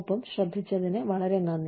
ഒപ്പം ശ്രദ്ധിച്ചതിന് വളരെ നന്ദി